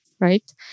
Right